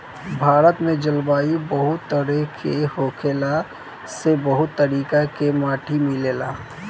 भारत में जलवायु बहुत तरेह के होखला से बहुत तरीका के माटी मिलेला